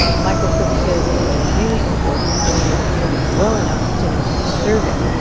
ah michael cook says it's really important knowing a community well enough to know how to serve it.